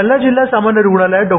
जालना जिल्हा सामान्य रुग्णालयात डॉ